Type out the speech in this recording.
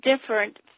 different